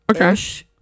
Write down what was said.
Okay